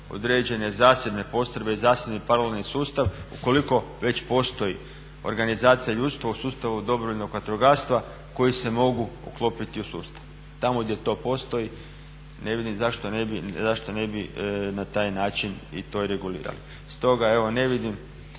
određene zasebne postrojbe, zasebni … sustav ukoliko već postoji organizacija i ljudstvo u sustavu dobrovoljnog vatrogastva koji se mogu uklopiti u sustav. Tamo gdje to postoji ne vidim zašto ne bi na taj način to i regulirali. Stoga, evo ne vidim